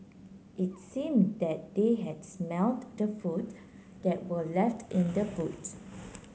it seem that they had smelt the food that were left in the boot